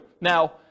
Now